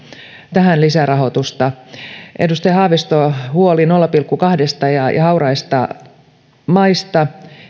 tähän lisärahoitusta edustaja haaviston huoli nolla pilkku kahdesta ja ja hauraista maista